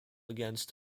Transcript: against